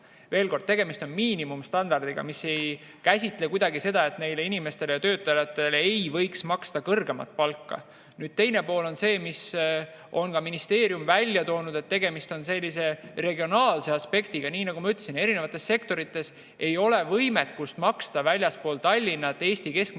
Veel kord: tegemist on miinimumstandardiga, mis ei käsitle kuidagi seda, et neile inimestele, töötajatele, ei võiks maksta kõrgemat palka. Nüüd, teine pool on see, mille on ka ministeerium välja toonud, et tegemist on sellise regionaalse aspektiga. Nagu ma ütlesin, osas sektorites ei ole võimekust maksta väljaspool Tallinna Eesti keskmist